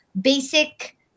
basic